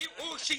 או שיסביר.